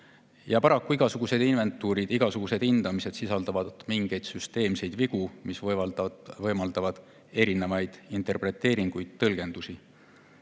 sisaldavad igasugused inventuurid, igasugused hindamised mingeid süsteemseid vigu, mis võimaldavad erinevaid interpreteeringuid, tõlgendusi.